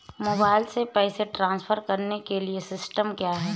Mobile से पैसे transfer करने के लिए सिस्टम क्या है?